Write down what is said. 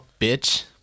Bitch